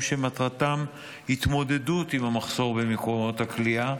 שמטרתם התמודדות עם המחסור במקומות הכליאה,